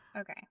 Okay